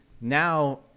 now